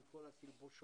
עם כל התלבושות,